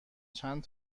چند